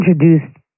introduced